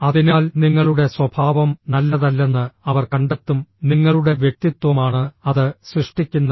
അതിനാൽ നിങ്ങളുടെ സ്വഭാവം നല്ലതല്ലെന്ന് അവർ കണ്ടെത്തും നിങ്ങളുടെ വ്യക്തിത്വമാണ് അത് സൃഷ്ടിക്കുന്നത്